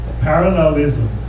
Parallelism